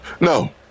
No